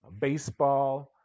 baseball